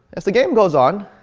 as the game goes on,